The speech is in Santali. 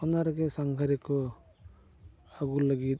ᱚᱱᱟ ᱨᱮᱜᱮ ᱥᱟᱸᱜᱷᱟᱨᱤᱭᱟᱹ ᱠᱚ ᱟᱹᱜᱩ ᱞᱟᱹᱜᱤᱫ